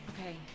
Okay